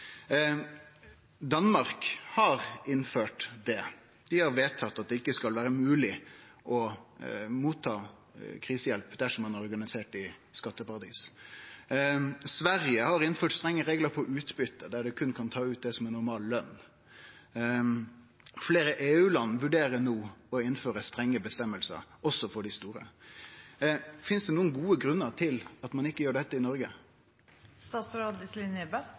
Danmark har innført det. Dei har vedtatt at det ikkje skal vere mogleg å få krisehjelp dersom ein er organisert i skatteparadis. Sverige har innført strenge reglar for utbyte, der ein berre kan ta ut det som er normal lønn. Fleire EU-land vurderer no å innføre strenge reglar, også for dei store. Finst det nokon gode grunnar til at ein ikkje gjer dette i